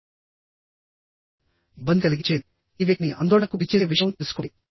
ఇబ్బంది కలిగించేది ఈ వ్యక్తిని ఆందోళనకు గురిచేసే విషయం తెలుసుకోండి